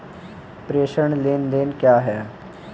प्रेषण लेनदेन क्या है?